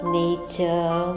nature